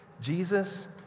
Jesus